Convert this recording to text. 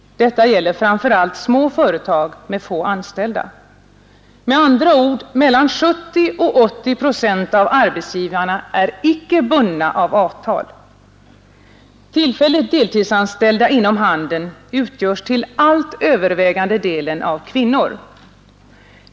Detta gäller framför allt små företag med få anställda. Med andra ord, mellan 70 och 80 procent av arbetsgivarna är icke bundna av avtal. Tillfälligt deltidsanställda inom handeln utgörs till allt övervägande delen av kvinnor.